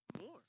more